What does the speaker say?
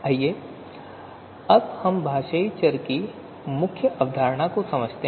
आइए अब हम भाषाई चर की मुख्य अवधारणा को समझते हैं